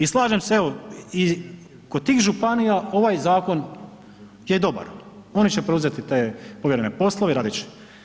I slažem se evo i kod tih županija ovaj zakon je dobar, oni će preuzeti te povjerene poslove i rad će.